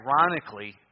Ironically